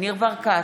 ניר ברקת,